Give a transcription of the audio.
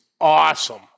awesome